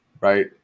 right